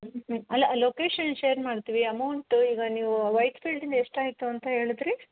ಅಲ್ಲ location share ಮಾಡ್ತೀವಿ amount ಈಗ ನೀವು ವೈಟ್ ಫೀಲ್ಡಿಂದ ಎಷ್ಟಾಯಿತು ಅಂತ ಹೇಳಿದ್ರಿ